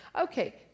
Okay